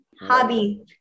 hobby